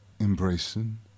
embracing